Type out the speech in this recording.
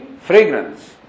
fragrance